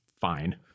fine